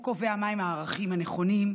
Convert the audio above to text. והוא קובע מהם הערכים הנכונים,